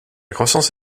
croissance